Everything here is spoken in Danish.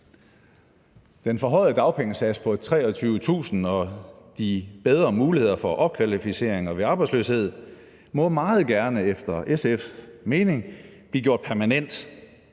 Den forhøjede dagpengesats på 23.000 kr. og de bedre muligheder for opkvalificering ved arbejdsløshed må meget gerne efter SF's mening blive gjort permanente.